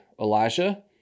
Elijah